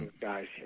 guys